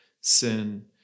sin